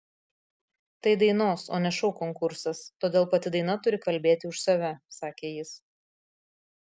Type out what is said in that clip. tai dainos o ne šou konkursas todėl pati daina turi kalbėti už save sakė jis